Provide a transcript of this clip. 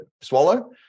swallow